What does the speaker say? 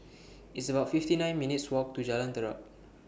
It's about fifty nine minutes' Walk to Jalan Terap